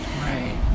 Right